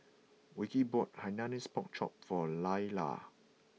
Wilkie bought Hainanese Pork Chop for Lailah